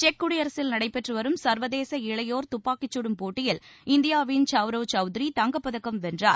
check குடியரசில் நடைபெற்று வரும் சர்வதேச இளையோர் துப்பாக்கிச்சுடும் போட்டியில் இந்தியாவின் சவ்ரவ் சவுத்ரி தங்கப்பதக்கம் வென்றார்